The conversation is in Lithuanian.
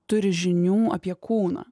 turi žinių apie kūną